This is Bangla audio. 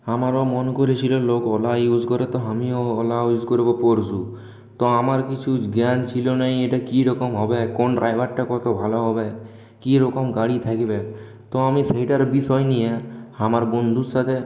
আমারও মন করেছিল লোক ওলা ইউজ করে তো আমিও ওলা ইউজ করব পরশু তো আমার কিছু জ্ঞান ছিল না এটা কীরকম হবে কোন ড্রাইভারটা কত ভালো হবে কীরকম গাড়ি থাকবে তো আমি সেইটার বিষয় নিয়ে আমার বন্ধুর সাথে